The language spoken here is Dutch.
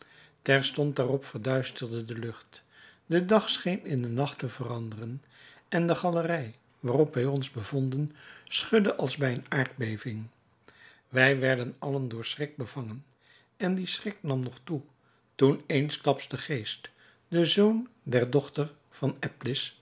terstond daarop verduisterde de lucht de dag scheen in den nacht te veranderen en de galerij waarop wij ons bevonden schudde als bij een aardbeving wij werden allen door schrik bevangen en die schrik nam nog toe toen eensklaps de geest de zoon der dochter van